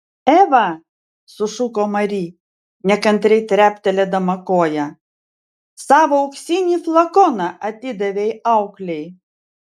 eva sušuko mari nekantriai treptelėdama koja savo auksinį flakoną atidavei auklei